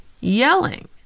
yelling